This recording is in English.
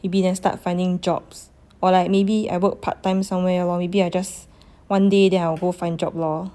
maybe then start finding jobs or like maybe I work part time somewhere lor maybe I just one day then I will go find job lor